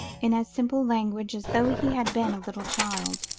in as simple language as though he had been a little child,